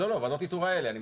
לא, ועדות איתור האלה.